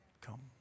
Come